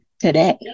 today